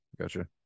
gotcha